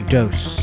Dose